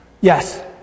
yes